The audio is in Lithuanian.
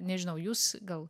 nežinau jūs gal